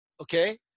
okay